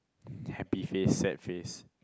happy face sad face